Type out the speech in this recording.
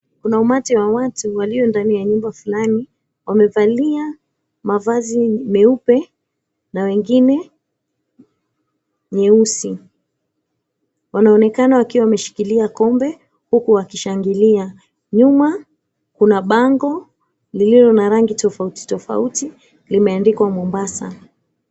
Kuna umati wa watu waliondani ya nyumba fulani wamevalia mavazi meupe na wengine nyeusi. Wanaoneka wakiwa wameshikilia kombe huku wakishangilia. Nyuma kuna bango lililo na rangi tofautitofauti limeandikwa, Mombasa.